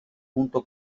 junto